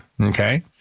okay